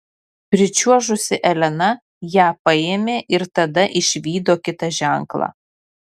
pričiuožusi elena ją paėmė ir tada išvydo kitą ženklą